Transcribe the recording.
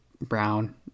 brown